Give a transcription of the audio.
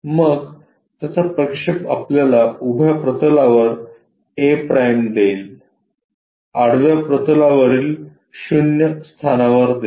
मग त्याचा प्रक्षेप आपल्याला उभ्या प्रतलावर a' देईल आडव्या प्रतलावरील 0 स्थानावर देते